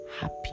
happy